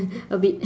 a bit